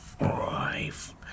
Life